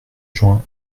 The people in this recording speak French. juin